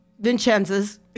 Vincenzo's